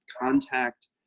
contact